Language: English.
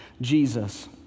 Jesus